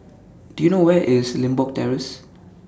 Do YOU know Where IS Limbok Terrace